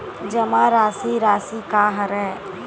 जमा राशि राशि का हरय?